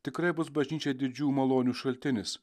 tikrai bus bažnyčiai didžių malonių šaltinis